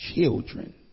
children